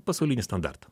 pasaulinį standartą